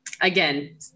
Again